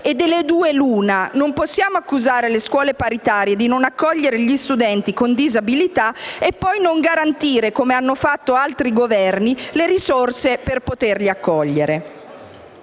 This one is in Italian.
Delle due l'una: non possiamo accusare le scuole paritarie di non accogliere gli studenti con disabilità e poi non garantire, come hanno fatto altri Governi, le risorse per poterli accogliere.